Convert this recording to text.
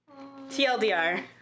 TLDR